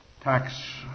tax